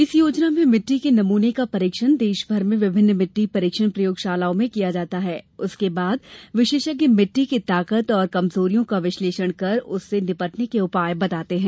इस योजना में मिट्टी के नमूने का परीक्षण देश भर में विभिन्न मिट्टी परीक्षण प्रयोगशालाओं में किया जाता है उसके बाद विशेषज्ञ मिट्टी की ताकत और कमजोरियों का विश्लेषण कर उससे निपटने के उपाय बताते हैं